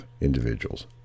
individuals